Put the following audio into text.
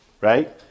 right